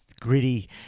gritty